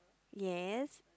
yes